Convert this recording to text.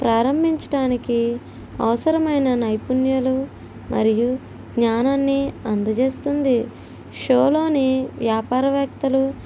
ప్రారంభించడానికి అవసరమైన నైపుణ్యాలు మరియు జ్ఞానాన్ని అందజేస్తుంది షోలోని వ్యాపారవేత్తలు